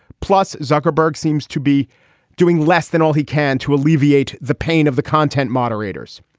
plus zuckerberg seems to be doing less than all he can to alleviate the pain of the content moderators